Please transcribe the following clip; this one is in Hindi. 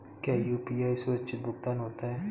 क्या यू.पी.आई सुरक्षित भुगतान होता है?